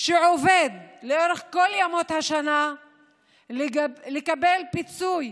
שעובדים לאורך כל ימות השנה לקבל פיצוי,